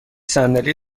صندلی